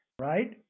Right